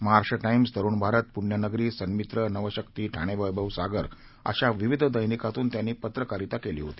Maharashtra Times Tarun Bharat Punyanagari Sanmitra Navshakti Thane Vaibhav Sagar अशा विविध दैनिकातून त्यांनी पत्रकारिता केली होती